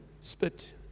spit